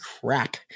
crap